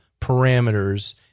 parameters